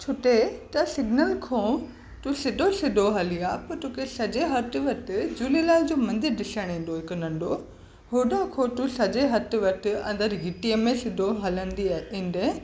छुटे त सिग्नल खों तूं सिधो सिधो हली आ पोइ तोखे साॼे हथु वटि झूलेलाल जो मंदरु ॾिसण ईंदो हिकु नंढो हुतां खां तूं साॼे हथु वटि अंदरि घिटीअ में सिधो हलंदी आ ईंदे